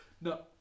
No